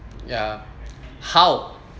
ya how